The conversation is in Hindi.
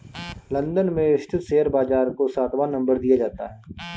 लन्दन में स्थित शेयर बाजार को सातवां नम्बर दिया जाता है